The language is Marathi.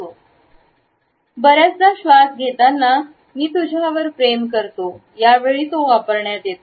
हे बर्याचदा श्वास आत घेताना "मी तुझ्यावर प्रेम करतो" यावेळी वापरण्यात येतो